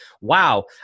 wow